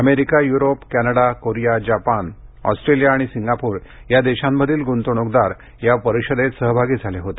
अमेरिकायु्रोप Canada Korea Japan Australia आणि Singapore या देशांमधील गुंतवणूकदार या परिषदेत सहभागी झाले होते